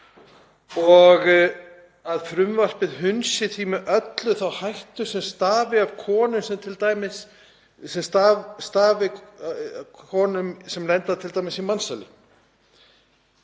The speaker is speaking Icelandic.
og að frumvarpið hunsi því með öllu þá hættu sem steðji að konum sem lenda t.d. í mansali.